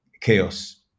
chaos